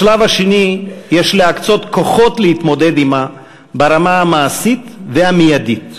בשלב השני יש להקצות כוחות להתמודד עמה ברמה המעשית והמיידית.